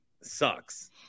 sucks